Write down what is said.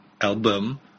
album